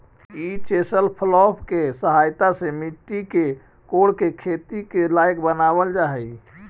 ई chisel plough के सहायता से मट्टी के कोड़के खेती के लायक बनावल जा हई